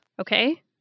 Okay